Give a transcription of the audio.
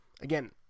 again